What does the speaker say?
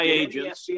agents